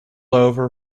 over